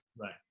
right